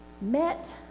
met